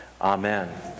Amen